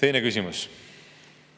Teine küsimus: